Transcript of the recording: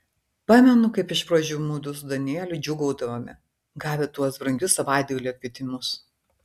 pamenu kaip iš pradžių mudu su danieliu džiūgaudavome gavę tuos brangius savaitgalio kvietimus